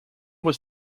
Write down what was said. was